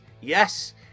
Yes